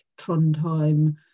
Trondheim